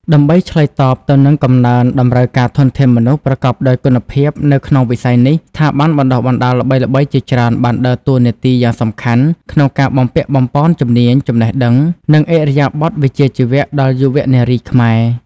ដើម្បីឆ្លើយតបទៅនឹងកំណើនតម្រូវការធនធានមនុស្សប្រកបដោយគុណភាពនៅក្នុងវិស័យនេះ ស្ថាប័នបណ្តុះបណ្តាលល្បីៗជាច្រើនបានដើរតួនាទីយ៉ាងសំខាន់ក្នុងការបំពាក់បំប៉នជំនាញ ចំណេះដឹង និងឥរិយាបទវិជ្ជាជីវៈដល់យុវនារីខ្មែរ។